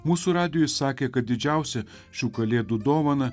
mūsų radijui sakė kad didžiausia šių kalėdų dovana